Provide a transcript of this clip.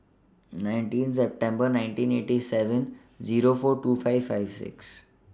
nineteen September nineteen eighty seven Zero four two five five six